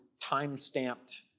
time-stamped